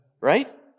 right